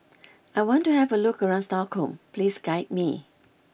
I want to have a look around Stockholm please guide me